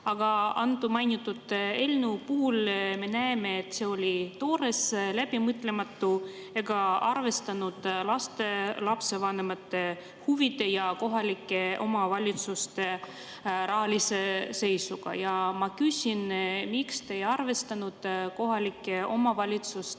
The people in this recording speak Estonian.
aga mainitud eelnõu puhul me nägime, et see oli toores, läbimõtlemata ega arvestanud laste ja lapsevanemate huvidega ega kohalike omavalitsuste rahalise seisuga. Ma küsin: miks te ei arvestanud kohalike omavalitsuste